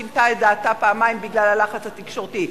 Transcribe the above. ששינתה את דעתה פעמיים בגלל הלחץ התקשורתי.